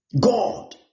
God